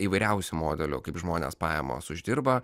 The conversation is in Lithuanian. įvairiausių modelių kaip žmonės pajamas uždirba